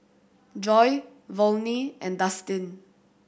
Joy Volney and Dustin